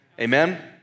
Amen